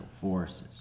forces